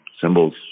symbols